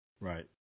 Right